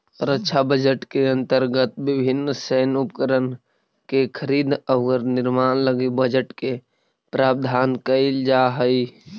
रक्षा बजट के अंतर्गत विभिन्न सैन्य उपकरण के खरीद औउर निर्माण लगी बजट के प्रावधान कईल जाऽ हई